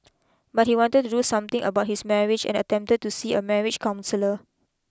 but he had wanted to do something about his marriage and attempted to see a marriage counsellor